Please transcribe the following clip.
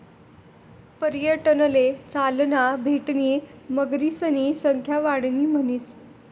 पर्यटनले चालना भेटणी मगरीसनी संख्या वाढणी म्हणीसन